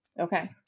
Okay